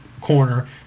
corner